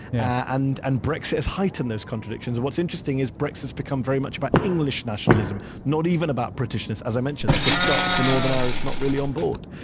and and brexit has heightened those contradictions. and what's interesting is, brexit's become very much about english nationalism, not even about britishness, as i mentioned, the scots, the northern irish, not really on board,